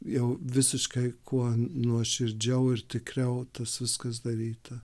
jau visiškai kuo nuoširdžiau ir tikriau tas viskas daryta